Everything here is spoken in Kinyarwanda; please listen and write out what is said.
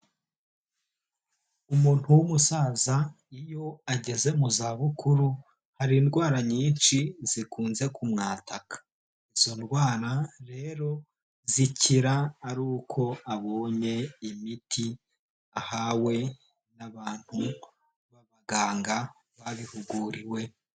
Umuntu w'umusaza iyo ageze mu zabukuru, hari indwara nyinshi zikunze kumwataka. Izo ndwara rero zikira ari uko abonye imiti ahawe n'abantu b'abaganga babihuguriwe.